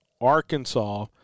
Arkansas